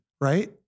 Right